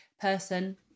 person